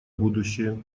будущее